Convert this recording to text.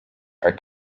are